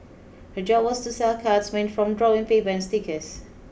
her job was to sell cards made from drawing paper and stickers